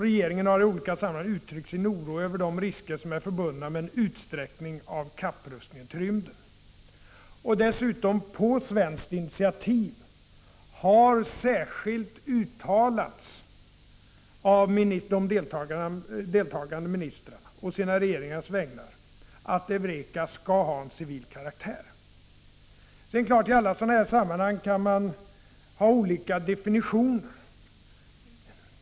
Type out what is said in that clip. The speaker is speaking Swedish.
Regeringen har i olika sammanhang uttryckt sin oro över de risker som är förbundna med en utsträckning av kapprustningen till rymden. På svenskt initiativ har dessutom de deltagande ministrarna på sina regeringars vägnar särskilt uttalat att EUREKA skall ha en civil karaktär. Det är klart att man i alla sådana här sammanhang kan ha olika definitioner.